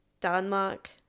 Denmark